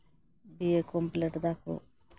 ᱵᱤᱭᱮ complete ᱮᱫᱟᱠᱚ